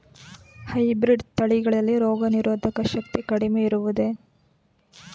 Hybrid ತಳಿಗಳಲ್ಲಿ ರೋಗನಿರೋಧಕ ಶಕ್ತಿ ಕಡಿಮೆ ಇರುವುದೇ?